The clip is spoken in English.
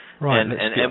right